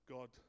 God